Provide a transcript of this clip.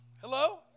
Hello